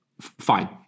fine